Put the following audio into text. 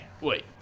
Wait